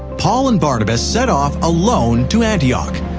paul and barnabas set off alone to antioch.